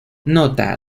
nota